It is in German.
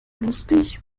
lustig